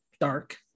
dark